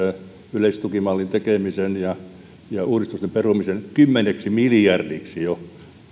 yleistukimallin tekemisen ja ja uudistusten perumisen kymmeneksi miljardiksi jo